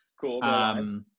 Cool